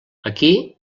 aquí